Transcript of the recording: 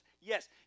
Yes